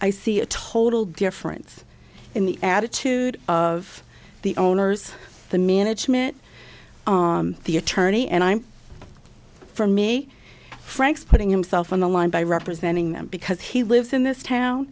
i see a total difference in the attitude of the owners the management the attorney and i'm for me frank's putting himself on the line by representing them because he lives in this town